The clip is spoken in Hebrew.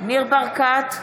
ניר ברקת,